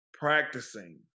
practicing